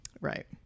Right